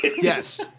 Yes